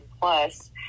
Plus